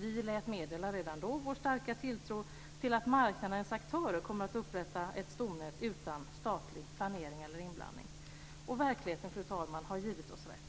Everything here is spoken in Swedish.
Vi lät redan då meddela vår starka tilltro till att marknadens aktörer kommer att upprätta ett stomnät utan statlig planering eller inblandning. Och verkligheten, fru talman, har givit oss rätt.